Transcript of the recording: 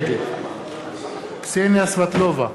נגד קסניה סבטלובה,